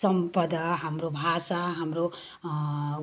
सम्पदा हाम्रो भाषा हाम्रो